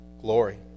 glory